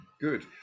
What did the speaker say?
Good